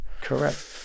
Correct